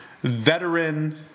veteran